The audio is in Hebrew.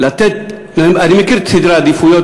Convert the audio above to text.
ואני מכיר את סדרי העדיפויות,